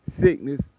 sickness